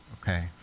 okay